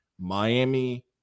Miami